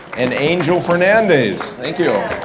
and angel fernandez. thank you,